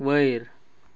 वर